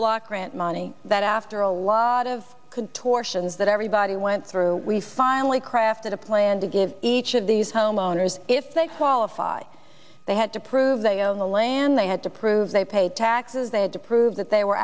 block grant money that after a lot of could torsion is that everybody went through we finally crafted a plan to give each of these homeowners if they qualify they had to prove they own the land they had to prove they paid taxes they had to prove that they were